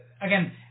again